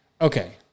Okay